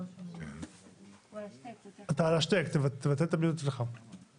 אנחנו לא נקבל את עמדת היועץ המשפטי.